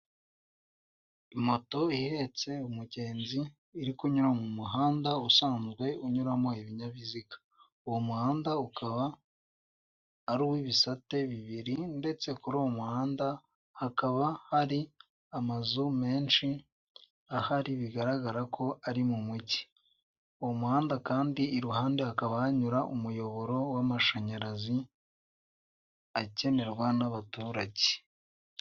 Moto ihetse umugenzi iri kunyura mu muhanda usanzwe unyuramo ibinyabiziga, uwo muhanda ukaba ari uw'ibisate bibiri ndetse kuri uwo muhanda hakaba hari amazu menshi ahari bigaragara ko ari mu mujyi, uwo muhanda kandi iruhande hakaba hanyura umuyoboro w'amashanyarazi akenerwa n'abaturage.